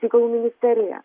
reikalų ministerija